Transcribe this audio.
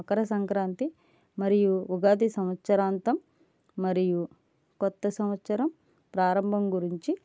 మకర సంక్రాంతి మరియు ఉగాది సంవత్సరాంతం మరియు కొత్త సంవత్సరం ప్రారంభం గురించి